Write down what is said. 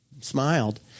smiled